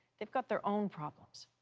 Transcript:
they've got their own problems.